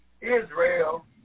Israel